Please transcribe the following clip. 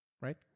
right